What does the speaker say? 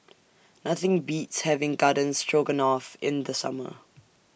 Nothing Beats having Garden Stroganoff in The Summer